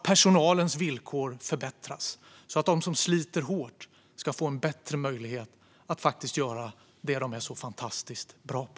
Personalens villkor ska förbättras så att de som sliter hårt ska få bättre möjlighet att faktiskt göra det de är så fantastiskt bra på.